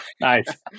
Nice